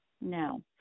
no